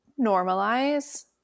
normalize